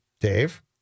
Dave